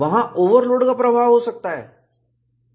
वहां ओवरलोड का प्रभाव हो सकता है